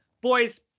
boys